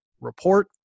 report